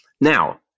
Now